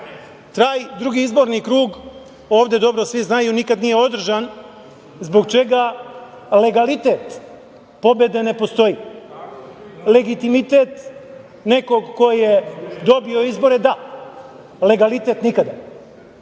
Taj drugi izborni krug, ovde dobro svi znaju, nikad nije održan, zbog čega legalitet pobede ne postoji. Legitimitet nekog ko je dobio izbore da, legalitet nikada. Ono